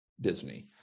Disney